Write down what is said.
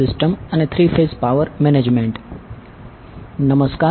નમસ્કાર